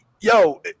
Yo